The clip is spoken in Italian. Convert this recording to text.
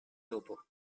topo